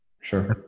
sure